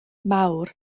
mawr